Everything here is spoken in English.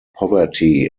poverty